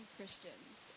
Christians